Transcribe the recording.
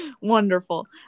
Wonderful